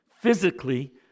physically